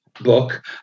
book